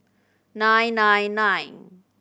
nine nine nine